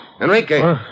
Enrique